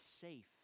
safe